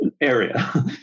area